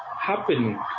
happening